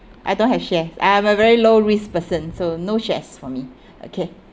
I don't have share I'm a very low risk person so no shares for me okay